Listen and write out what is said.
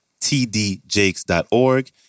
tdjakes.org